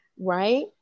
right